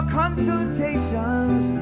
consultations